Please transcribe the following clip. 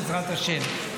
בעזרת השם.